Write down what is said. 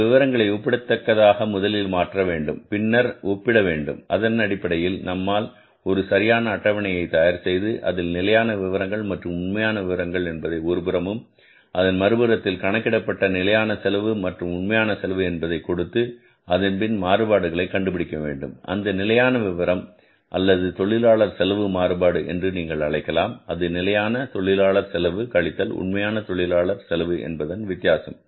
இந்த விவரங்களை ஒப்பிடத்தக்க தாக முதலில் மாற்ற வேண்டும் பின்னர் ஒப்பிட வேண்டும் அதனடிப்படையில் நம்மால் ஒரு சரியான அட்டவணையை தயார் செய்து அதில் நிலையான விவரங்கள் மற்றும் உண்மையான விவரங்கள் என்பதை ஒருபுறமும் அதன் மறுபுறத்தில் கணக்கிடப்பட்ட நிலையான செலவு உண்மையான செலவு என்பதை கொடுத்து அதன்பின் மாறுபாடுகளை கண்டுபிடிக்க வேண்டும் அந்த நிலையான விவரம் அல்லது தொழிலாளர் செலவு மாறுபாடு என்று நீங்கள் அழைக்கலாம் அது நிலையான தொழிலாளர் செலவு கழித்தல் உண்மையான தொழிலாளர் செலவு என்பதன் வித்தியாசம்